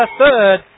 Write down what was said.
third